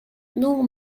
non